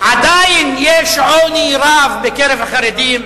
עדיין יש עוני רב בקרב החרדים,